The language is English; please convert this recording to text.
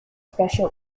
special